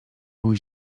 był